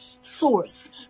source